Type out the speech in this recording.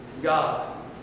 God